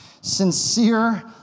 sincere